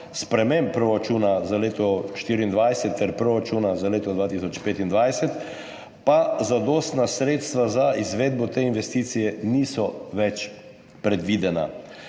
sprememb proračuna za leto 2024 ter proračuna za leto 2025 pa zadostna sredstva za izvedbo te investicije niso več predvidena.